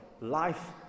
life